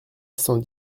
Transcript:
cent